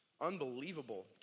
Unbelievable